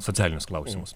socialinius klausimus